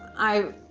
i,